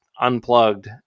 unplugged